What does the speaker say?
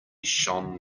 shone